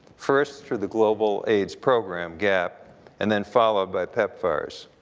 first for the global aids program gap and then followed by pepfars.